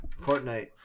Fortnite